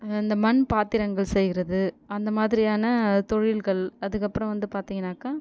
இந்த மண் பாத்திரங்கள் செய்யுறது அந்தமாதிரியான தொழில்கள் அதுக்கப்புறம் வந்து பார்த்தீங்கனாக்க